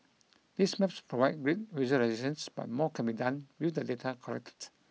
these maps provide great visualisations but more can be done with the data collected